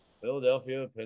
Philadelphia